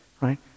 right